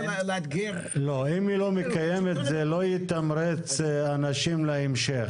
לא, אם היא לא מקיימת, זה לא יתמרץ אנשים להמשך.